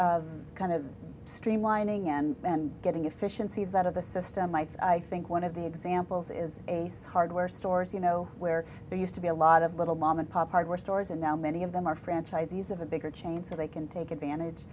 of kind of streamlining and getting efficiencies out of the system i think one of the examples is a hardware stores you know where there used to be a lot of little mom and pop hardware stores and now many of them are franchisees of a bigger chain so they can take advantage